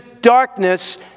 darkness